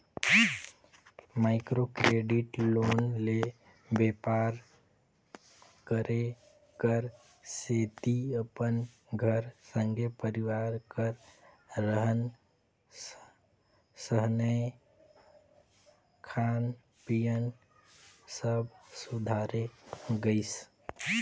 micro credit loan ले बेपार करे कर सेती अपन कर संघे परिवार कर रहन सहनए खान पीयन सब सुधारे गइस